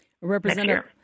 Representative